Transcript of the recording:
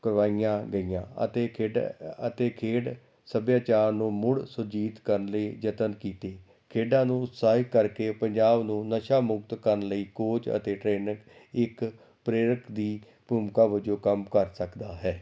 ਕਰਵਾਈਆਂ ਗਈਆਂ ਅਤੇ ਖੇਡ ਅਤੇ ਖੇਡ ਸੱਭਿਆਚਾਰ ਨੂੰ ਮੁੜ ਸੁਰਜੀਤ ਕਰਨ ਲਈ ਯਤਨ ਕੀਤੀ ਖੇਡਾਂ ਨੂੰ ਉਤਸ਼ਾਹਿਤ ਕਰਕੇ ਪੰਜਾਬ ਨੂੰ ਨਸ਼ਾ ਮੁਕਤ ਕਰਨ ਲਈ ਕੋਚ ਅਤੇ ਟ੍ਰੇਨਰ ਇੱਕ ਪ੍ਰੇਰਕ ਦੀ ਭੂਮਿਕਾ ਵਜੋਂ ਕੰਮ ਕਰ ਸਕਦਾ ਹੈ